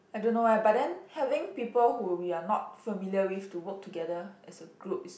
I don't know eh but then having people whom you are not familiar with to work together as a group is